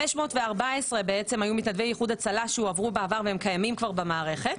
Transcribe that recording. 514 היו מתנדבי איחוד הצלה שהועברו בעבר והם קיימים כבר במערכת,